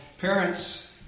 parents